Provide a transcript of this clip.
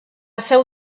seu